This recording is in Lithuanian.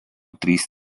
trys